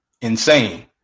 insane